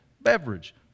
beverage